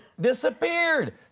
disappeared